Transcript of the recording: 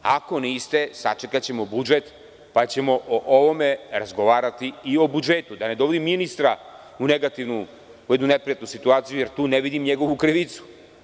Ako niste, sačekaćemo budžet, pa ćemo o ovome razgovarati i o budžetu, da ne dovodim ministra u neprijatnu situaciju, jer tu ne vidim njegovu krivicu.